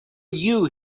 you